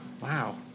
wow